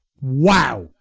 Wow